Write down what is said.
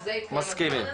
אני מסכים.